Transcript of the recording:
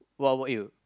what about you